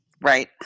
Right